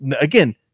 again